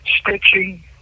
stitching